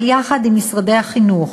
אבל יחד עם משרדי החינוך,